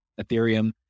Ethereum